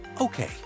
Okay